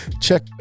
Check